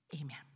amen